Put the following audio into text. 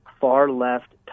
far-left